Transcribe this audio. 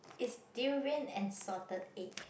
is durian and salted egg